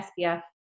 SPF